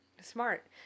Smart